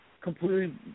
completely